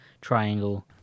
triangle